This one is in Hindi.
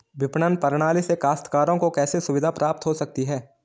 विपणन प्रणाली से काश्तकारों को कैसे सुविधा प्राप्त हो सकती है?